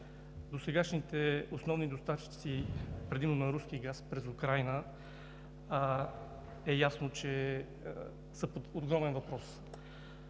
Досегашните основни доставчици, предимно на руски газ през Украйна, е ясно, че са под огромен въпрос.